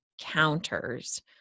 Counters